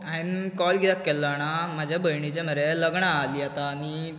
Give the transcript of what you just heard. हांवें कॉल कित्याक केल्लो आणा म्हज्या भयणीचे मरे लग्न हाली आता आनी